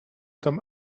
tam